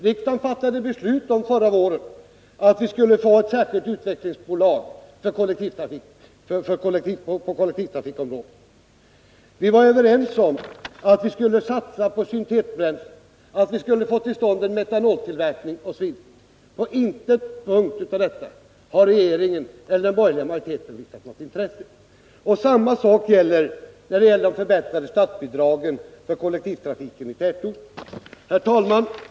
Riksdagen fattade förra våren beslut om att vi skulle få ett särskilt utvecklingsbolag på kollektivtrafikområdet. Vi var överens om att vi skulle satsa på syntetbränsle och att vi skulle få till stånd en metanoltillverkning. På ingen av dessa punkter har regeringen eller den borgerliga majoriteten visat något intresse. Samma sak gäller i fråga om de förbättrade statsbidragen till kollektivtrafiken i tätort. Herr talman!